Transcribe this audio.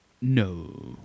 No